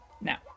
now